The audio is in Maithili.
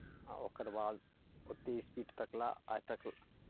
आ ओकर बाद ओतेक स्पीड तक लेल आइ तक